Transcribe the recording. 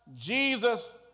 Jesus